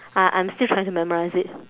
uh I'm still trying to memorise it